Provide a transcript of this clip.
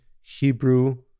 Hebrew